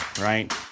right